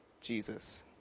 Jesus